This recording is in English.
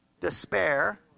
despair